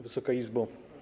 Wysoka Izbo!